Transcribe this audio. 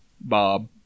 Bob